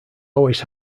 always